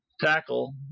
tackle